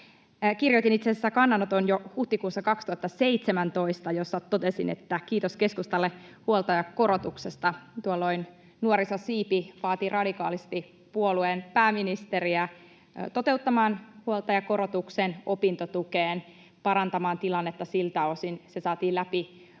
Kirjoitin itse asiassa jo huhtikuussa 2017 kannanoton, jossa totesin, että kiitos keskustalle huoltajakorotuksesta. Tuolloin nuorisosiipi vaati radikaalisti puolueen pääministeriä toteuttamaan huoltajakorotuksen opintotukeen ja parantamaan tilannetta siltä osin. Se saatiin läpi ensin